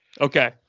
Okay